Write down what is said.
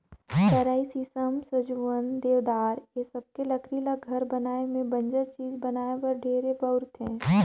सरई, सीसम, सजुवन, देवदार ए सबके लकरी ल घर बनाये में बंजर चीज बनाये बर ढेरे बउरथे